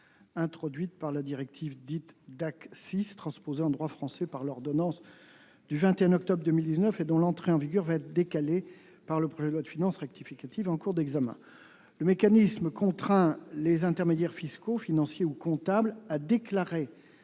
introduites par la directive dite « DAC 6 », transposée en droit français par l'ordonnance du 21 octobre 2019 et dont l'entrée en vigueur va être décalée par le projet de loi de finances rectificative en cours d'examen. Le mécanisme contraint les intermédiaires fiscaux, financiers ou comptables à déclarer